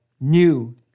new